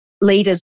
leaders